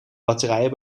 batterijen